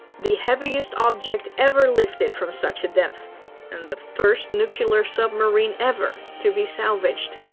the heaviest object ever lifted from such depth and the first nuclear submarine ever to be salvaged.